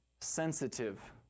sensitive